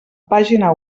pàgina